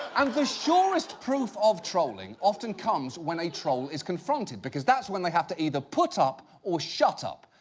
and the surest proof of trolling often comes when a troll is confronted. because that's when they have to either put up or shut up.